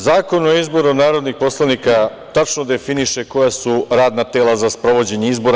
Zakon o izboru narodnih poslanika tačno definiše koja su radna tela za sprovođenje izbora.